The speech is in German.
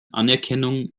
anerkennung